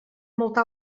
molta